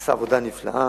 ועשה עבודה נפלאה.